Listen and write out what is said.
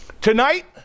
Tonight